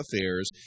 affairs